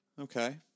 Okay